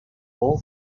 all